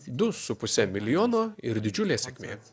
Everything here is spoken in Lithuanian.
du su puse milijono ir didžiulė sėkmė